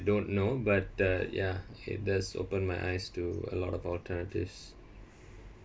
don't know but uh ya it does open my eyes to a lot of alternatives